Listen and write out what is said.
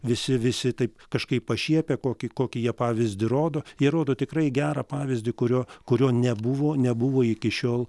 visi visi taip kažkaip pašiepia kokį kokį jie pavyzdį rodo jie rodo tikrai gerą pavyzdį kurio kurio nebuvo nebuvo iki šiol